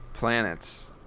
Planets